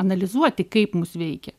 analizuoti kaip mus veikia